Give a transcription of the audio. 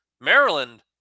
Maryland